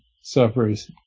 suffers